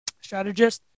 strategist